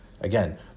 again